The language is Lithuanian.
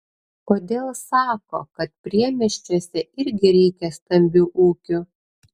kodėl sako kad priemiesčiuose irgi reikia stambių ūkių